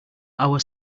our